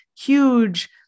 huge